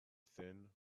thin